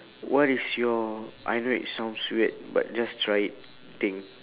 what is your I know it sounds weird but just try it thing